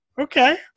Okay